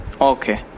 Okay